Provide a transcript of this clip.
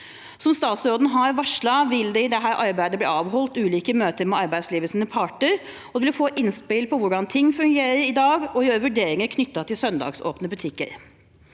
Som statsråden har varslet, vil det i det arbeidet bli avholdt ulike møter med arbeidslivets parter. Man vil få innspill på hvordan ting fungerer i dag, og gjøre vurderinger knyttet til søndagsåpne butikker.